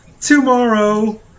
Tomorrow